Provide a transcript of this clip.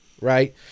right